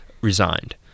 resigned